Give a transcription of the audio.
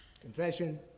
confession